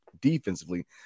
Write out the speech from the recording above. defensively